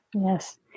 Yes